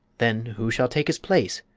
then who shall take his place?